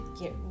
get